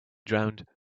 drowned